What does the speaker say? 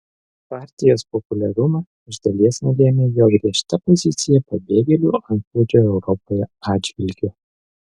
partijos populiarumą iš dalies nulėmė jo griežta pozicija pabėgėlių antplūdžio europoje atžvilgiu